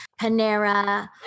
Panera